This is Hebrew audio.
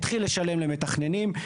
התחיל לשלם למתכננים,